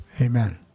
amen